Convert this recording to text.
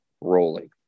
rolling